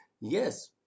Yes